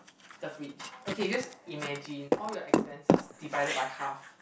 the fridge okay you just imagine all your expenses divided by half